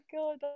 god